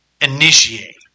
initiate